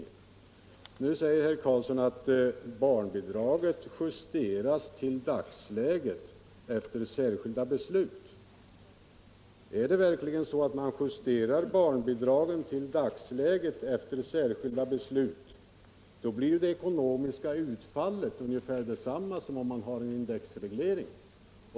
Herr Karlsson framhåller att barnbidragen justeras till dagsläget efter särskilda beslut. Gör man verkligen så, blir det ekonomiska utfallet ungefär detsamma som vid en indexreglering.